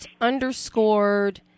underscored